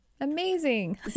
Amazing